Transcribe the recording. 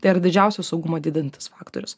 tai yra didžiausio saugumo didintas faktorius